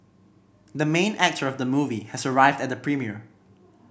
the main actor of the movie has arrived at the premiere